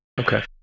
Okay